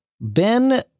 Ben